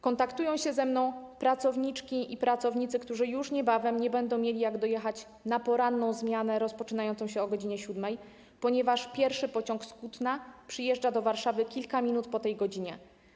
Kontaktują się ze mną pracowniczki i pracownicy, którzy już niebawem nie będą mieli jak dojechać na poranną zmianę rozpoczynającą się o godz. 7, ponieważ pierwszy pociąg z Kutna przyjeżdża do Warszawy kilka minut po tej godzinie.